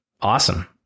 Awesome